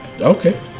Okay